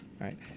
right